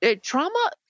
trauma